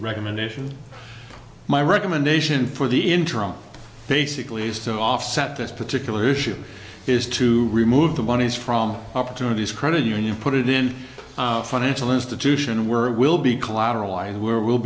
recommendation my recommendation for the interim basically is to offset this particular issue is to remove the monies from opportunities credit union put it in financial institution where will be collateralized were will